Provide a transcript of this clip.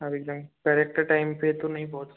अब एकदम correct time पर तो नहीं पहुँच सकते